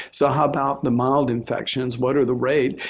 so how about the mild infections? what are the rate?